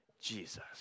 Jesus